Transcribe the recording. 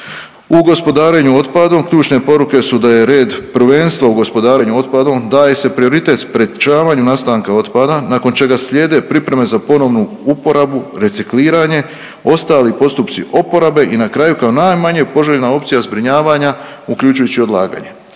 U gospodarenju otpadom ključne poruke se da je red prvenstva u gospodarenju otpadom, daje se prioritet sprječavanju nastanka otpada nakon čega slijede pripreme za ponovnu uporabu i recikliranje, ostali postupci oporabe i na kraju kao najmanje poželjna opcija zbrinjavanja uključujući i odlaganje.